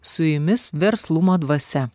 su jumis verslumo dvasia